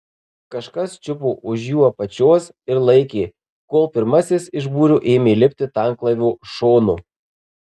kažkas čiupo už jų apačios ir laikė kol pirmasis iš būrio ėmė lipti tanklaivio šonu